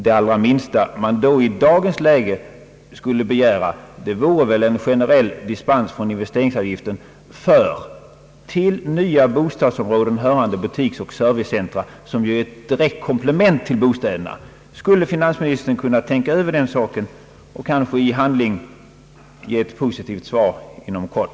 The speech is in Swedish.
Det allra minsta man i dagens läge skulle begära vore väl då en generell dispens från investeringsavgifter för till nya bostadsområden hörande butiksoch servicecentra, som ju är direkta komplement till bostäderna. Skulle finansministern kunna tänka över den saken och kanske i handling ge ett positivt svar inom kort?